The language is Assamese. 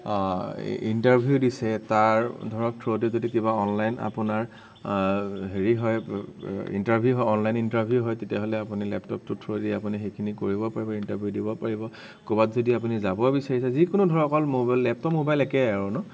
ইন্টাৰভিউ দিছে তাৰ ধৰক থ্ৰদি যদি কিবা অনলাইন আপোনাৰ হেৰি হয় ইন্টাৰভিউ হয় অনলাইন ইন্টাৰভিউ হয় তেতিয়া হ'লে আপুনি লেপটপটোৰ থ্ৰয়েদি আপুনি সেইখিনি কৰিব পাৰিব ইন্টাৰভিউ দিব পাৰিব ক'ৰবাত যদি আপুনি যাব বিচাৰিছে যিকোনো ধৰক অকল লেপটপ ম'বাইল একে আৰু ন